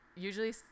usually